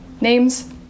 Names